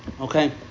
okay